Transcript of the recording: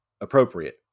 appropriate